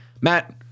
Matt